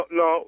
no